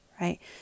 right